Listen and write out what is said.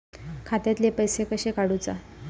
खात्यातले पैसे कशे काडूचा?